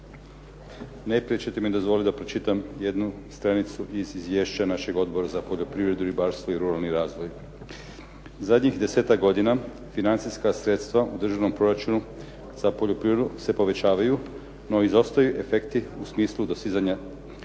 Najprije ćete mi dozvoliti da pročitam jednu stranicu iz izvješća našeg Odbora za poljoprivredu, ribarstvo i ruralni razvoj. Zadnjih desetak godina financijska sredstva u državnom proračunu za poljoprivredu se povećavaju no izostaju efekti u smislu dosizanja cilja,